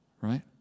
right